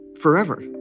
forever